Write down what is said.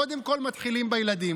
קודם כול, מתחילים בילדים.